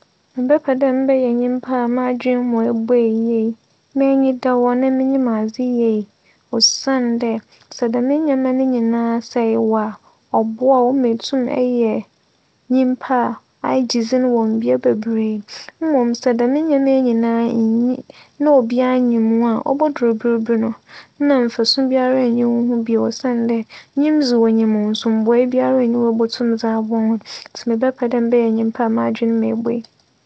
Mebɛpɛ dɛ mebɛyɛ nyimpa a m'adwen mu ebue yie, m'enyi da hͻ na minyim adze yie osiandɛ, sɛ dɛm ndzɛmba yi nyinara ewͻ a, ͻboa wo ma eyɛ nyimpa a agye dzin wͻ mbea beberee mbom sɛ dɛm ndzɛmba yi nyinara nnyi na obiara nyim wo a, obodur ber bi no nna mfaso biara nnyi wo ho bio osiandɛ nyim dze wonyim wo eso mboa biara nnyi hͻ a wobotum dze aboa wo ntsi mebɛpɛ dɛ mebɛyɛ nyimpa m'adwen mu ebue.